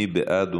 מי בעד?